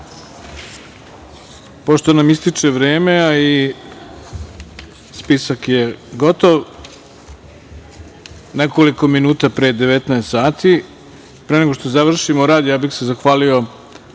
pošto nam ističe vreme, a i spisak je gotov nekoliko minuta pre 19 sati, pre nego što završimo rad, ja bih se zahvalio